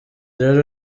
rero